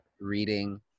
reading